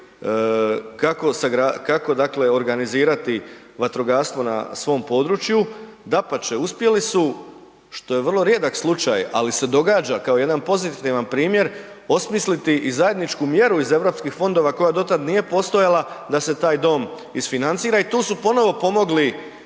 kako organizirati vatrogastvo na svom području, dapače, uspjeli su, što je vrlo rijedak slučaj ali se događa kao jedan pozitivan primjer osmisliti i zajedničku mjeru iz europskih fondova koja do tad nije postojala da se taj dom isfinancira i tu su ponovno pomogli